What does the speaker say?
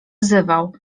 wzywał